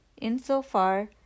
insofar